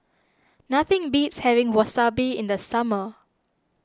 nothing beats having Wasabi in the summer